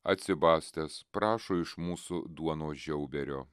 atsibastęs prašo iš mūsų duonos žiauberio